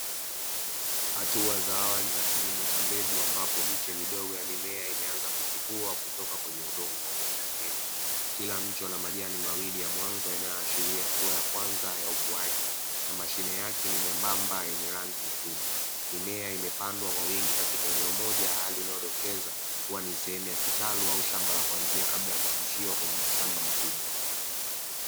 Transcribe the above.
Hatua za awali za kilimo cha mbegu ambapo miche midogo ya mimea imeanza kuchipua kutoka kwenye udongo wenye unyevu. Kila mche una majani mawili ya mwanzo unaoashiria, hatua ya kwanza ya ukuaji na mashina yake ni miembamba yenye rangi nyekundu. Mimea imepandwa kwa wingi katika eneo moja hali inayodokeza kuwa ni sehemu ya kitalu au shamba la kuanzia kabla ya kuhamishiwa kwenye mashamba makubwa.